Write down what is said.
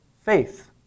faith